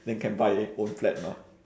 then can buy own flat mah